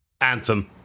Anthem